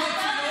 מי יחליט?